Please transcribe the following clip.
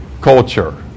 culture